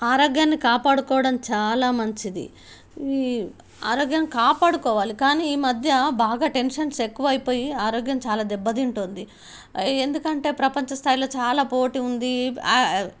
ఆరోగ్యాన్ని కాపాడుకోవడం చాలా మంచిది ఈ ఆరోగ్యాన్ని కాపాడుకోవాలి కానీ ఈ మధ్య బాగా టెన్షన్స్ ఎక్కువ అయిపోయి ఆరోగ్యం చాలా దెబ్బతింటుంది ఎందుకంటే ప్రపంచ స్థాయిలో చాలా పోటీ ఉంది